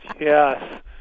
yes